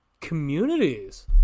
Communities